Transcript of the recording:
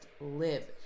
live